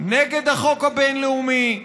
נגד החוק הבין-לאומי,